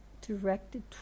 directed